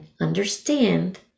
understand